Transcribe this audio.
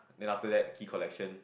then after that key collection